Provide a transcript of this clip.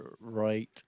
right